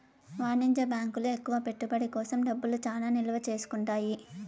వాణిజ్య బ్యాంకులు ఎక్కువ పెట్టుబడి కోసం డబ్బులు చానా నిల్వ చేసుకుంటాయి